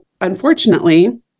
unfortunately